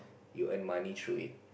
you earn money through it